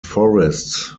forests